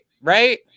right